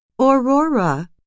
Aurora